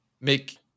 make